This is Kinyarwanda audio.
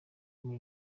muri